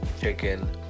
chicken